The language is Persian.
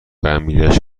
تعمیرش